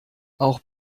auch